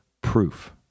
proof